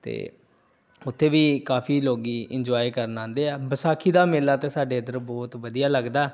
ਅਤੇ ਉੱਥੇ ਵੀ ਕਾਫ਼ੀ ਲੋਕ ਇੰਜੋਏ ਕਰਨ ਆਉਂਦੇ ਆ ਵਿਸਾਖੀ ਦਾ ਮੇਲਾ ਤਾਂ ਸਾਡੇ ਇੱਧਰ ਬਹੁਤ ਵਧੀਆ ਲੱਗਦਾ